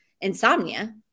insomnia